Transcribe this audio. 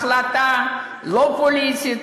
החלטה לא פוליטית,